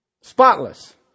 Spotless